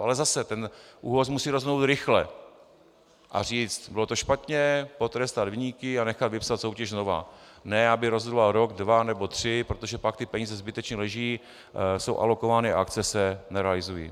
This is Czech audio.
Ale zase ten ÚOHS musí rozhodnout rychle a říci, bylo to špatně, potrestat viníky a nechat vypsat soutěž novou, ne aby rozhodoval rok, dva nebo tři, protože pak ty peníze zbytečně leží, jsou alokovány a akce se nerealizují.